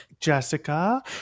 Jessica